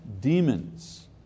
demons